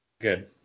Good